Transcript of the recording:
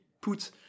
put